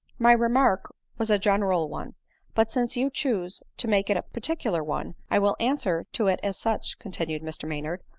my remark was a general one but since you choose to make it a particular one, i will answer to it as such, continued mr maynard.